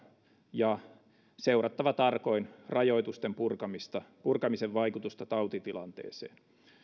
ja seurata tarkoin rajoitusten purkamisen purkamisen vaikutusta tautitilanteeseen